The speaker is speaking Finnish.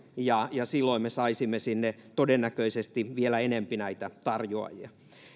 silloin me saisimme sinne todennäköisesti vielä enempi tarjoajia